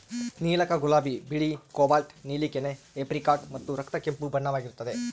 ನೀಲಕ ಗುಲಾಬಿ ಬಿಳಿ ಕೋಬಾಲ್ಟ್ ನೀಲಿ ಕೆನೆ ಏಪ್ರಿಕಾಟ್ ಮತ್ತು ರಕ್ತ ಕೆಂಪು ಬಣ್ಣವಾಗಿರುತ್ತದೆ